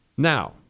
Now